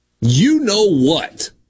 You-know-what